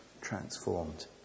transformed